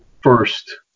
first